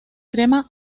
crema